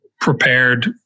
prepared